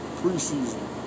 preseason